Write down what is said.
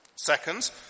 Second